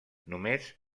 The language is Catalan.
només